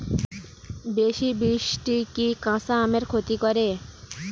বেশি বৃষ্টি কি কাঁচা আমের ক্ষতি করে?